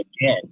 again